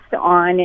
on